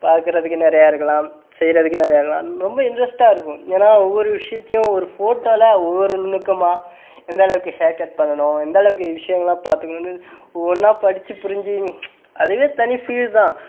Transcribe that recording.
பார்க்குறதுக்கு நிறையா இருக்கலாம் செய்கிறதுக்கு நிறையா இருக்கலாம் ரொம்ப இன்ட்ரெஸ்ட்டாக இருக்கும் ஏன்னா ஒவ்வொரு விஷயத்தையும் ஒரு ஃபோட்டோவில் ஒரு நுணுக்கமாக எந்த அளவுக்கு ஹேர்கட் பண்ணணும் எந்த அளவுக்கு விஷயங்கள்லாம் பார்த்துக்கணும்னு ஒவ்வொன்னாக படித்து புரிஞ்சு அதுவே தனி ஃபீல் தான்